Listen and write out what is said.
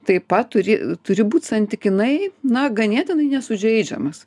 taip pat turi turi būt santykinai na ganėtinai nesužeidžiamas